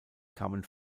kamen